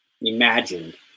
imagined